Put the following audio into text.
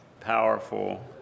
powerful